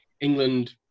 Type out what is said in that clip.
england